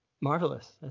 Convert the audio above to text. marvelous